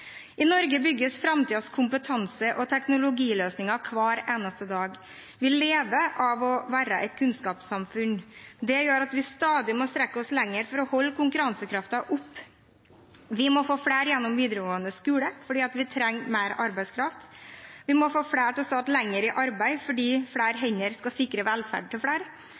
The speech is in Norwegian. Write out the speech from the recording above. I Norge bygges framtidens kompetanse og teknologiløsninger hver eneste dag. Vi lever av å være et kunnskapssamfunn. Det gjør at vi stadig må strekke oss lenger for å holde konkurransekraften oppe. Vi må få flere gjennom videregående skole, for vi trenger mer arbeidskraft. Vi må få flere til å stå lenger i arbeid fordi flere hender skal sikre velferden til flere,